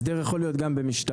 הסדר יכול להיות גם במשתמע,